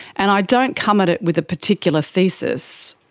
and i don't come at it with a particular thesis.